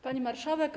Pani Marszałek!